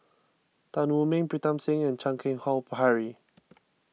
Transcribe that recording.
Tan Wu Meng Pritam Singh and Chan Keng Howe Harry